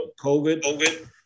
COVID